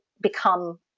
become